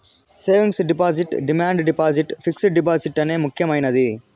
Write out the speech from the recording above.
savings deposit demand deposit fixed deposit అనే ముక్యమైనది